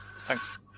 Thanks